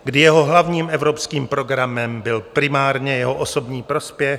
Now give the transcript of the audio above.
Kdy jeho hlavním evropským programem byl primárně jeho osobní prospěch?